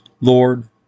Lord